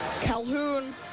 Calhoun